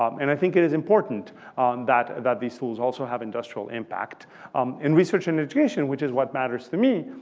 um and i think it is important that that these rules also have industrial impact in research and education, which is what matters to me.